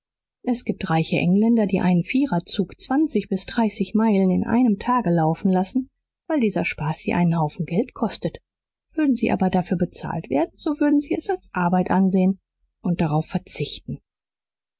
es gibt reiche engländer die einen viererzug zwanzig bis dreißig meilen in einem tage laufen lassen weil dieser spaß sie einen haufen geld kostet würden sie aber dafür bezahlt werden so würden sie es als arbeit ansehen und darauf verzichten